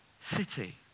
city